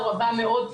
או רבה מאוד,